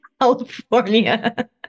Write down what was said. california